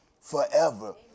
forever